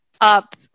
up